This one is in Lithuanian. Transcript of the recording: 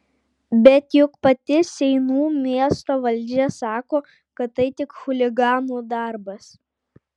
bet juk pati seinų miesto valdžia sako kad tai tik chuliganų darbas